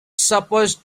supposed